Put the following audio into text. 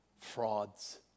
frauds